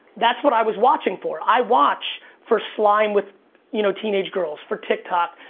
that's what i was watching for. i watch for slime with you know teenage girls, for tik tok,